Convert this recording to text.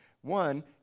One